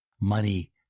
Money